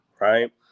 right